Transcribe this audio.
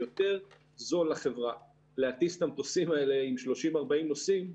יותר זול לחברה להטיס את המטוסים האלה עם 30 40 נוסעים,